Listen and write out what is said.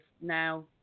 now